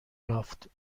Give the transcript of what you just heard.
یافت